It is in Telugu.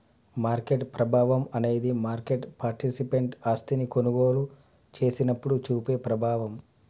మార్కెట్ ప్రభావం అనేది మార్కెట్ పార్టిసిపెంట్ ఆస్తిని కొనుగోలు చేసినప్పుడు చూపే ప్రభావం